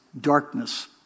darkness